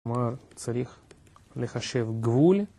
‫כלומר צריך לחשב גבול.